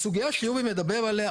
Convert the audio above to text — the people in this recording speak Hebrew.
לסוגיה עליה מדבר יורי,